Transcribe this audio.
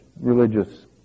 religious